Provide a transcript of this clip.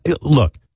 look